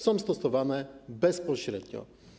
Są stosowane bezpośrednio.